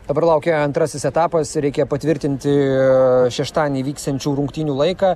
dabar laukia antrasis etapas ir reikia patvirtinti šeštadienį vyksiančių rungtynių laiką